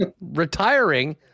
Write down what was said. retiring